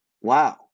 wow